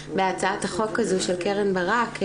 בהצעת החוק הזו של חברת הכנסת קרן ברק,